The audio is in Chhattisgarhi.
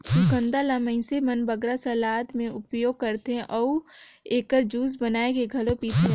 चुकंदर ल मइनसे मन बगरा सलाद में उपयोग करथे अउ एकर जूस बनाए के घलो पीथें